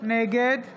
נגד